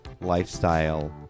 lifestyle